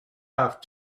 have